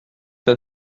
pas